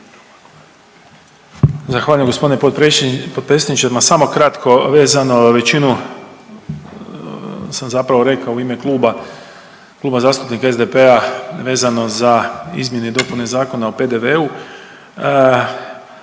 Zahvaljujem g. potpredsjedniče. Ma samo kratko vezano, većinu sam zapravo rekao u ime kluba, Kluba zastupnika SDP-a vezano za izmjene i dopune Zakona o PDV-u